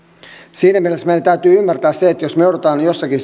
siinä mielessä meidän täytyy ymmärtää se että jos me joudumme jossakin